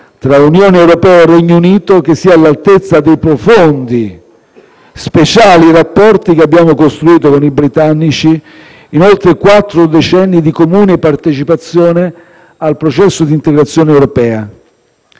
tra Unione europea e Regno Unito che sia all'altezza dei profondi, speciali rapporti che abbiamo costruito con i britannici in oltre quattro decenni di comune partecipazione al processo di integrazione europea.